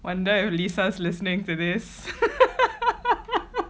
wonder if lisa's listening to this